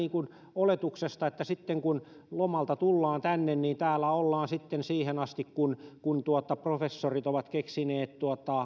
oletuksesta että sitten kun lomalta tullaan tänne niin täällä ollaan siihen asti kunnes professorit ovat keksineet